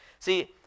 See